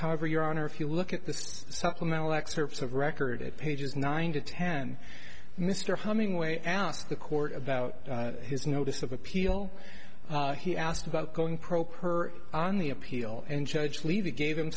however your honor if you look at the supplemental excerpts of record at pages nine to ten mr humming way ask the court about his notice of appeal he asked about going pro per on the appeal in judge leavy gave him